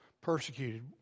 persecuted